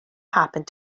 happened